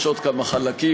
יש עוד כמה חלקים,